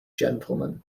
gentleman